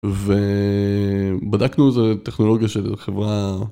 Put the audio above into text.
ובדקנו את הטכנולוגיה של חברה